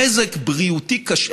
נזק בריאותי קשה,